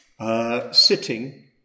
sitting